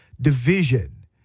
division